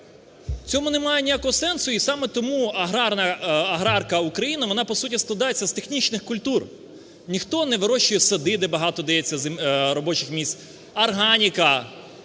цьому немає ніякого сенсу, і саме тому аграрка України, вона по суті складається з технічних культур. Ніхто не вирощує сади, де багато дається робочих місць. Органіка.